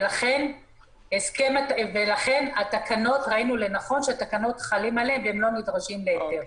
ולכן ראינו לנכון שהתקנות חלות עליהן והן לא נדרשות להיתר.